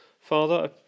father